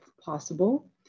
possible